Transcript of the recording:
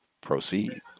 proceed